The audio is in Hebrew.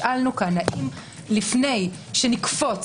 אם יש טענות לגבי קשיים נפשיים מאוד קשים לא דבר שנזרק בעלמא.